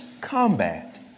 combat